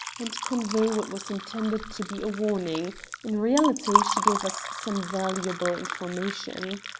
and convey what was intended to be a warning in reality, she gave us some valuable information.